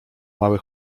mały